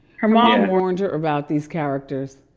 her mom warned her about these characters.